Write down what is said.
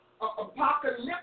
apocalyptic